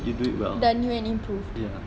brand new and improved